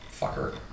Fucker